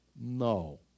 No